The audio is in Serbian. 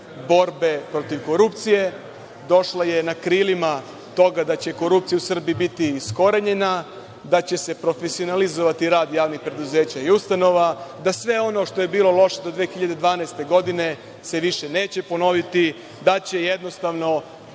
borbe protiv korupcije, došla je na krilima toga da će korupcija u Srbiji biti iskorenjena, da će se profesionalizovati rad javnih preduzeća i ustanova, da sve ono što je bilo loše do 2012. godine se više neće ponoviti, da će jednostavno